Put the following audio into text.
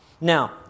Now